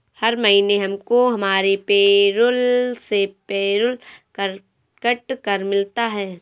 हर महीने हमको हमारी पेरोल से पेरोल कर कट कर मिलता है